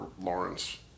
Lawrence